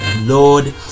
Lord